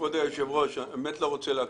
כבוד היושב-ראש, איני רוצה להקשות.